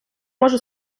можу